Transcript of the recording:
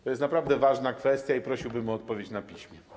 To jest naprawdę ważna kwestia i prosiłbym o odpowiedź na piśmie.